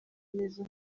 neza